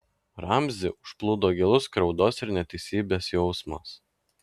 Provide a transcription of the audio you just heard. ramzį užplūdo gilus skriaudos ir neteisybės jausmas